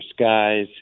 Skies